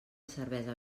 cervesa